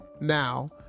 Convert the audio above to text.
now